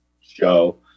show